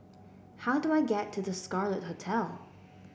how do I get to The Scarlet Hotel